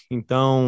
Então